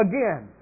Again